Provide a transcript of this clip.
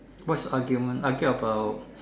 what's argument argue about